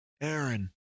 Aaron